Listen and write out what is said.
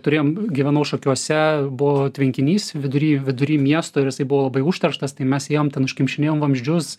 turėjom gyvenau šakiuose buvo tvenkinys vidury vidury miesto ir jisai buvo labai užterštas tai mes ėjom ten užkimšinėjom vamzdžius